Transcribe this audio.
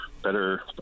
Better